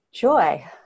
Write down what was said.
Joy